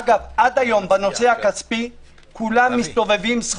עד היום בנושא הכספי כולם מסתובבים-